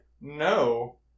No